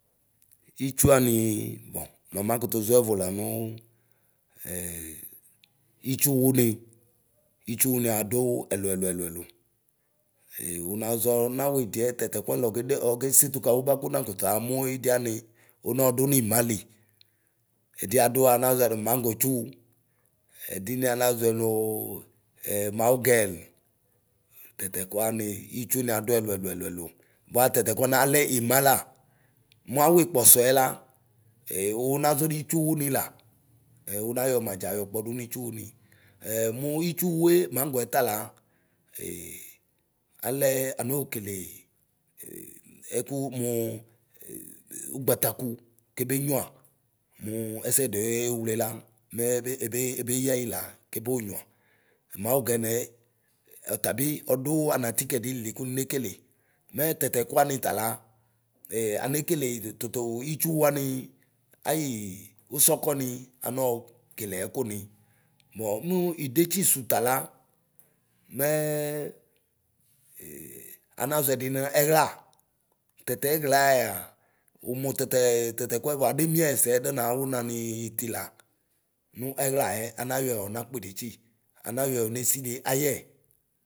Itsuanii bɔ, nɔ makutuʒɔ ɛvʋ la nuu itsuwuni, itsuwuni adu ɛlʋ ɛlʋ ɛlʋ ɛlʋ. unaʒɔ nawidiɛ tatɛkuani okede ɔkesetu kawu. bakuna kutu aamu idiani, unɔɔdu nimali. Ɛdiadu ana ʒɔɛ nu naŋ gotsu, ɛdini anaʒɔ nuu maogen tatɛkuani itsuniadu ɛlʋɛlʋɛlʋ: bua tatɛkuani alɛ imɣla. Muaw kpɔsɔɛ la e unaʒɔ n itsuwunani la. una yɔmadʒa ɔkpɔdu nitsuli. Ɛ mu itsuwue maŋgɔɛ tala, alɛɛ anoo kelee e ɛkʋʋ mu ugbataku kebenyuia, muu ɛsɛdi oeewle la mɛɛ ebe ebe ebeyɣyila keboonyia. Maogɛnɛɛ, tabi ɔdʋ anatikedi li Ku nine kele mɛ tɛtɛkuini tala ɛ anekele Tutu wani ayi usɔkɔni anɔɔ keleɛkuni. Bɔ mu idetsi sutala mɛɛ ee anaʒɔɛdi nu ɛɣla: tɛtɛɣla ɛa. umu tɛtɛɛ tɛtɛkua aduenie ayɛsɛ da nawunani itila. nu ɛɣlaɛ anayɔɛ ɔnakpidetsi.